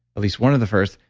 at least one of the first,